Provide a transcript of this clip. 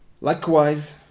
likewise